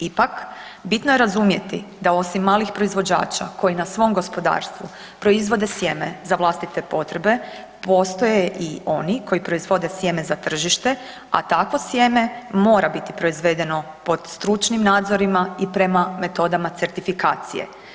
Ipak bitno je razumjeti da osim malih proizvođača koji na svom gospodarstvu proizvode sjeme za vlastite potrebe, postoje i oni koji proizvode sjeme za tržište, a takvo sjeme mora biti proizvedeno pod stručnim nadzorima i prema metodama certifikacije.